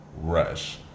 Rush